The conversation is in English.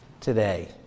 today